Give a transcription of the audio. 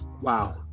Wow